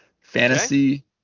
Fantasy